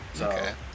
Okay